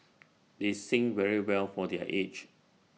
they sing very well for their age